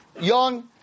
young